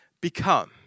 become